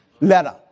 Letter